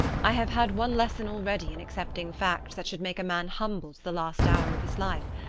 i have had one lesson already in accepting facts that should make a man humble to the last hour of his life.